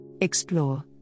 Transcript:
Explore